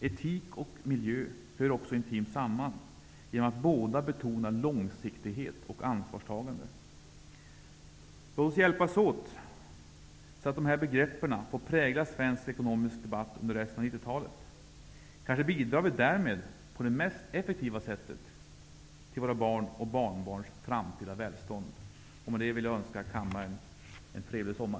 Etik och miljö hör också intimt samman eftersom båda betonar långsiktighet och ansvarstagande. Låt oss hjälpas åt så att dessa begrepp får prägla svensk ekonomisk debatt under resten av 1990-talet. Kanske bidrar vi därmed på det mest effektiva sättet till våra barns och barnbarns framtida välstånd. Med det vill jag önska kammaren en trevlig sommar.